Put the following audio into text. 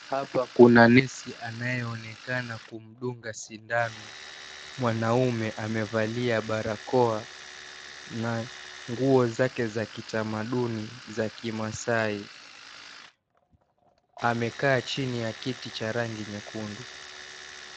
Hapa kuna nesi anayeonekana kumdunga sindano. Mwanaume amevalia barakoa na nguo zake za kitamaduni za Kimasaai. Amekaa chini ya kiti cha rangi nyekundu.